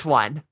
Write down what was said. one